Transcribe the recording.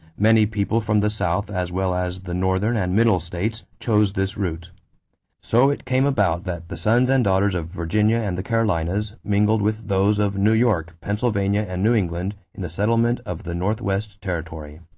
many people from the south as well as the northern and middle states chose this route so it came about that the sons and daughters of virginia and the carolinas mingled with those of new york, pennsylvania, and new england in the settlement of the northwest territory.